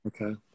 Okay